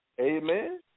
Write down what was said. Amen